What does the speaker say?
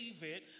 David